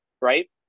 right